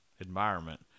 environment